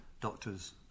doctors